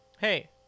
hey